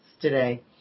today